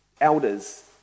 elders